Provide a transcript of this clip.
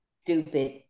stupid